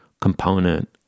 component